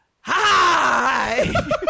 Hi